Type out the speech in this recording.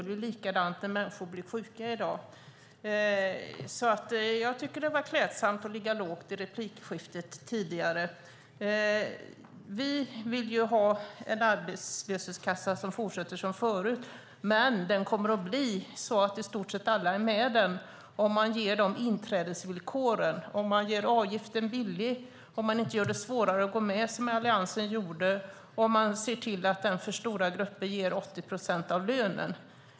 Det är likadant när människor blir sjuka i dag. Det var klädsamt av Roland Utbult att ligga lågt i det tidigare replikskiftet. Vi vill ha en arbetslöshetskassa som fortsätter som förut. Men den kommer att bli så att i stort sett alla är med i den om man ger bra inträdesvillkor. Det handlar om att man gör avgiften låg och inte gör det svårare att gå med som Alliansen gjorde och att den för stora grupper ger 80 procent av lönen.